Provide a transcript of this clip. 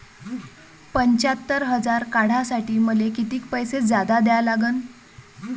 पंच्यात्तर हजार काढासाठी मले कितीक पैसे जादा द्या लागन?